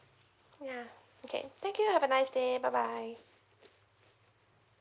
yeah okay thank you have a nice day bye bye